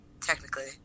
technically